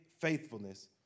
faithfulness